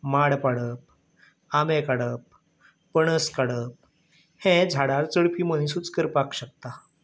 माड पाडप आमे काडप पणस काडप हें झाडार चडपी मनिसूच करपाक शकता